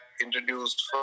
introduced